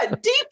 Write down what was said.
deep